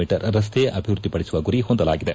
me ರನ್ತೆ ಅಭಿವ್ಸದ್ದಿಪಡಿಸುವ ಗುರಿ ಹೊಂದಲಾಗಿದೆ